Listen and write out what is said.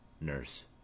Nurse